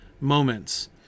moments